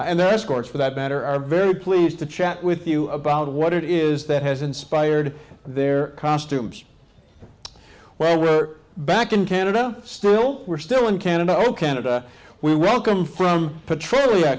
escorts for that matter are very pleased to chat with you about what it is that has inspired their costumes when we're back in canada still we're still in canada ok we welcome from petroleum